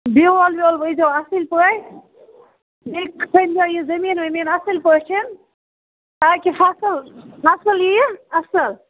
بیوٗل ویول ؤوزیٚو اَصٕل پٲٹھۍ بیٚیہِ کھٔنۍزیٚو یہِ زمیٖن ومیٖن اَصٕل پٲٹھۍ تاکہِ فصل یِیہِ اَصٕل